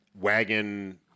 wagon